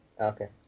Okay